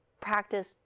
practice